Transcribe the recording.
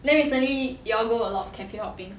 then recently you all go a lot of cafe hopping